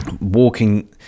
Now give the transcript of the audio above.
walking